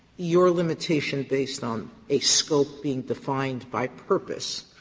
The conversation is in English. your limitation based on a scope being defined by purpose,